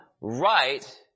right